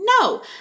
no